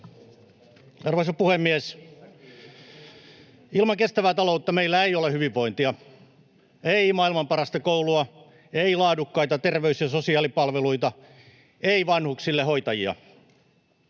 Arvoisa puhemies! Ilman kestävää taloutta meillä ei ole hyvinvointia — ei maailman parasta koulua, ei laadukkaita terveys- ja sosiaalipalveluita, ei vanhuksille hoitajia.